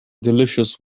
delicious